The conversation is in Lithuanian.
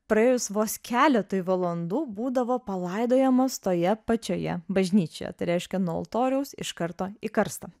praėjus vos keletui valandų būdavo palaidojamos toje pačioje bažnyčioje tai reiškia nuo altoriaus iš karto į karstą